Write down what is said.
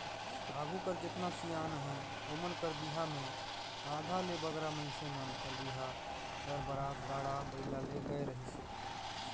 आघु कर जेतना सियान अहे ओमन कर बिहा मे आधा ले बगरा मइनसे मन कर बिहा कर बरात गाड़ा बइला मे गए रहिस